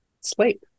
sleep